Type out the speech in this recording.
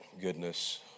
goodness